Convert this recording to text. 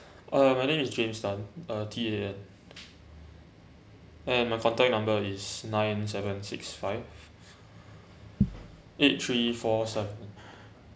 uh my name is james tan uh T A N and my contact number is nine seven six five eight three four seven